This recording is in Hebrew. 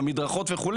המדרכות וכו',